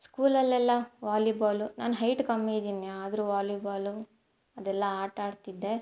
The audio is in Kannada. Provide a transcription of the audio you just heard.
ಸ್ಕೂಲಲ್ಲೆಲ್ಲ ವಾಲಿಬಾಲು ನಾನು ಹೈಟ್ ಕಮ್ಮಿ ಇದೀನಿ ಆದರೂ ವಾಲಿಬಾಲು ಅದೆಲ್ಲಾ ಆಟಾಡ್ತಿದ್ದೆ